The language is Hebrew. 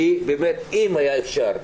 אם היה אפשר,